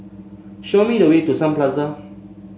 show me the way to Sun Plaza